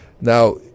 Now